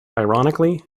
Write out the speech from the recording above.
ironically